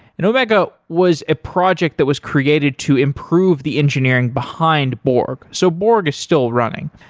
and omega was a project that was created to improve the engineering behind borg, so borg is still running.